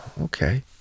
Okay